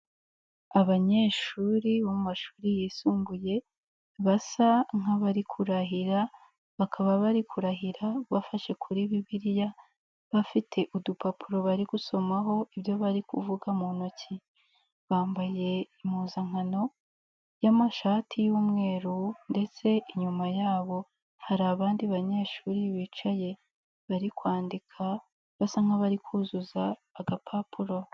Abanyeshuri bo mu mashuri yisumbuye basa nk'abari kurahira bakaba bari kurahira bafashe kuri Bibiliya, bafite udupapuro bari gusomaho ibyo bari kuvuga mu ntoki, bambaye impuzankano y'amashati y'umweru ndetse inyuma yabo hari abandi banyeshuri bicaye bari kwandika basa nk'abari kuzuza agapapuro.